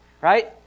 right